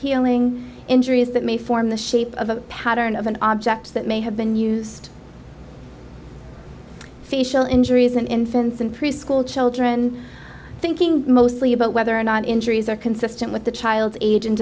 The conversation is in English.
healing injuries that may form the shape of a pattern of an object that may have been used facial injuries in infants and preschool children thinking mostly about whether or not injuries are consistent with the child's age and